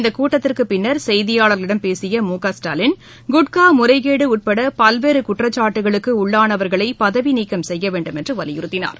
இந்த கூட்டத்திற்கு பின்னர் செய்தியாளர்களிடம் பேசிய மு க ஸ்டாலின் குட்கா முறைகேடு உட்பட பல்வேறு குற்றச்சாட்டுகளுக்கு உள்ளானவர்களை பதவிநீக்கம் செய்ய வேண்டும் என்று வலியுறுத்தினார்